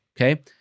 okay